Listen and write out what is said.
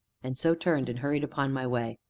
and so turned, and hurried upon my way.